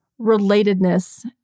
relatedness